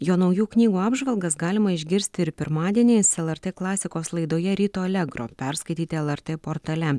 jo naujų knygų apžvalgas galima išgirsti ir pirmadieniais lrt klasikos laidoje ryto allegro perskaityti lrt portale